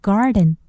Garden